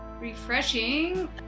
refreshing